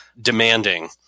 demanding